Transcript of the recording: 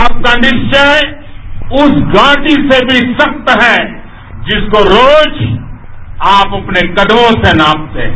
आपका निश्वय उस घाटी से भी सख्त है जिसको रोज आप अपने कदमों से नापते हैं